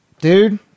dude